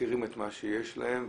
מכירים את מה שיש להם,